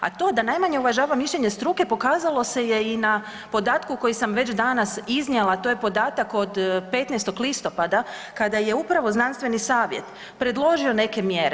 A to da najmanje uvažava mišljenje struke pokazalo se je i na podatku koji sam već danas iznijela, to je podatak od 15. listopada kada je upravo znanstveni savjet predložio neke mjere.